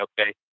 okay